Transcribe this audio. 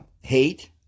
Hate